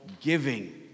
giving